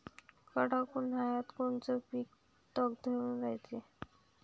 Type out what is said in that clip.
कडक उन्हाळ्यात कोनचं पिकं तग धरून रायते?